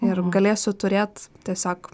ir galėsiu turėt tiesiog